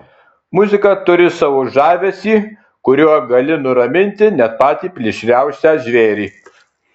muzika turi savo žavesį kuriuo gali nuraminti net patį plėšriausią žvėrį